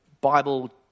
Bible